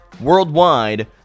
worldwide